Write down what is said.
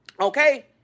Okay